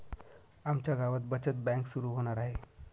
आमच्या गावात बचत बँक सुरू होणार आहे